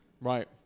Right